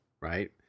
Right